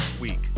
week